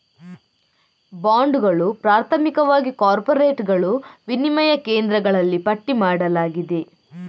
ಬಾಂಡುಗಳು, ಪ್ರಾಥಮಿಕವಾಗಿ ಕಾರ್ಪೊರೇಟುಗಳು, ವಿನಿಮಯ ಕೇಂದ್ರಗಳಲ್ಲಿ ಪಟ್ಟಿ ಮಾಡಲಾಗಿದೆ